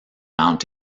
mount